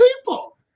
people